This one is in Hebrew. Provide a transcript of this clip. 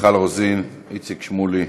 מיכל רוזין, איציק שמולי,